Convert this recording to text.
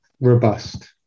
robust